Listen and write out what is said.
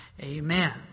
amen